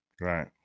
right